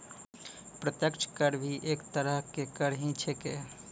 प्रत्यक्ष कर भी एक तरह के कर ही छेकै